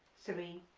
three,